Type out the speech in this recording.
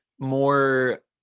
more